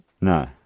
No